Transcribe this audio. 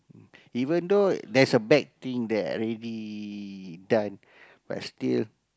even though there's a bad thing that I already done but still